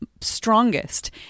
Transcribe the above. strongest